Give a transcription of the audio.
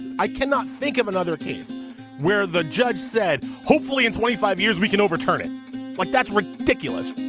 i cannot think of another case where the judge said hopefully in twenty five years we can overturn it like that's ridiculous